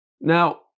Now